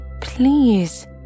please